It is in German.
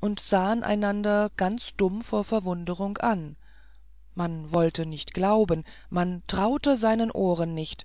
und sahen einander ganz dumm vor verwunderung an man wollte nicht glauben man traute seinen ohren nicht